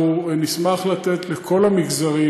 ואנחנו נשמח לתת לכל המגזרים.